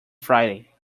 friday